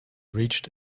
reached